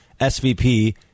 SVP